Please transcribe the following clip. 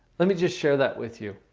let me just share that with you.